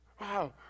Wow